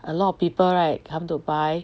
a lot of people right come to buy